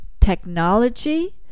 technology